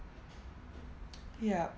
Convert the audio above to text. yeah